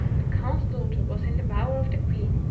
the carle's daughter was in the bower of the queen,